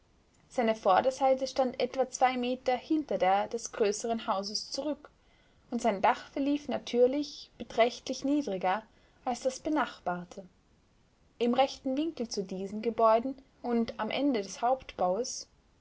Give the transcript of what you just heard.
seine vorderseite stand etwa zwei meter hinter der des größeren hauses zurück und sein dach verlief natürlich beträchtlich niedriger als das benachbarte in rechtem winkel zu diesen gebäuden und am ende des